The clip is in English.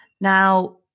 Now